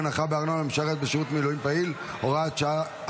הנחה בארנונה למשרת בשירות מילואים פעיל) (הוראת שעה),